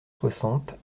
soixante